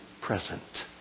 present